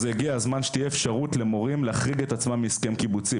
הגיע הזמן שתהיה אפשרות למורים להחריג את עצמם מהסכם קיבוצי.